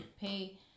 pay